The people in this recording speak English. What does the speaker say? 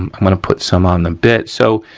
i'm gonna put some on the bit so,